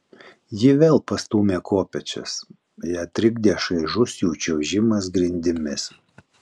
ji vėl pastūmė kopėčias ją trikdė šaižus jų čiuožimas grindimis